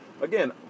Again